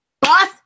Boss